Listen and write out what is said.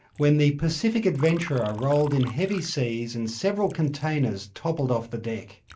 when the pacific adventurer rolled in heavy seas and several containers toppled off the deck,